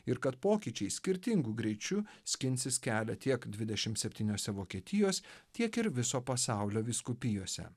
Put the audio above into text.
ir kad pokyčiai skirtingu greičiu skinsis kelią tiek dvidešim septyniose vokietijos tiek ir viso pasaulio vyskupijose